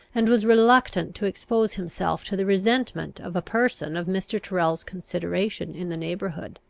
and was reluctant to expose himself to the resentment of a person of mr. tyrrel's consideration in the neighbourhood.